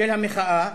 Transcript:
של המחאה,